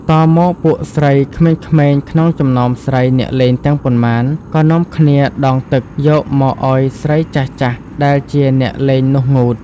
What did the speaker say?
តមកពួកស្រីក្មេងៗ ក្នុងចំណោមស្រី អ្នកលេងទាំងប៉ុន្មាន ក៏នាំគ្នាដងទឹក យកមកឲ្យស្រីចាស់ៗ ដែលជាអ្នកលេងនោះងូត។